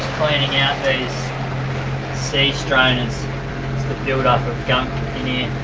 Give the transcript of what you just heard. cleaning out these sea strainers, just the buildup of gunk